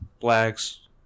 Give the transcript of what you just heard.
blacks